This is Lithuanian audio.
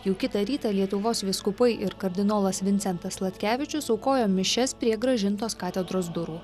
jau kitą rytą lietuvos vyskupai ir kardinolas vincentas sladkevičius aukojo mišias prie grąžintos katedros durų